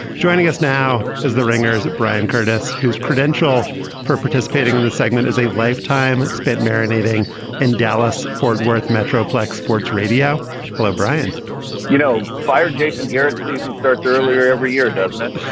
joining us now is the wringers at bryan curtis, whose credential for participating in the segment is a lifetime spent marinating in dallas fort worth metroplex sports radio. hello, brian you know, fired jason garrett. season starts earlier every year, doesn't it?